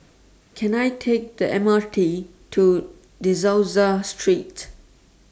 Can I Take The M R T to De Souza Street